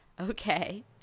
okay